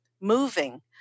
moving